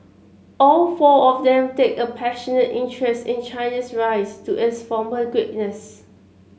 all four of them take a passionate interest in Chinese rise to its former greatness